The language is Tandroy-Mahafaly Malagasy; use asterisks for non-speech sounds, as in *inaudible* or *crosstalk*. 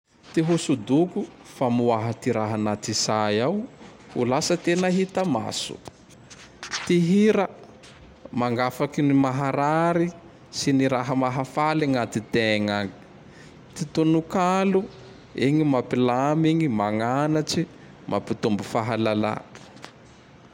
*noise* Ty hosodoko, famoaha ty raha anaty say ao *noise* ho lasa tena hita maso. *noise* Ty hira, *noise* magnafaky ty maharary sy ny raha mahafale anatitegna agny. *noise* Ty tonokalo, igny mampilamy igny, magnatsy, mapitombo fahalala. *noise*